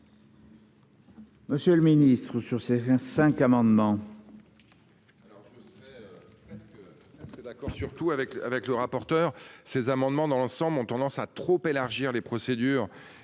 Monsieur le Ministre, sur ces cinq amendements.